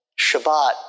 Shabbat